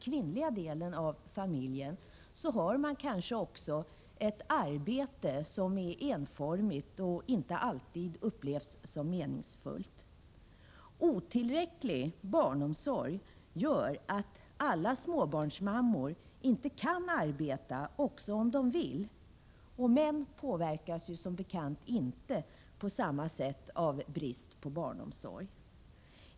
Kvinnan i familjen har kanske också ett arbete som är enformigt och som inte alltid upplevs som meningsfullt. Otillräcklig barnomsorg gör att alla småbarnsmammor inte kan arbeta även om de vill. Män påverkas ju som bekant inte på samma sätt av brist på barnomsorg.